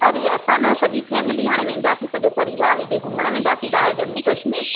अड़े असां न सॼी फेमिली हाणे वेंदासीं सॼो परिवारु हेॾे घुमण वेंदासीं ॿाहिरि जम्मू कश्मीर